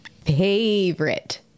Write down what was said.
favorite